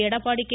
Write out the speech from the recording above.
Edappadi K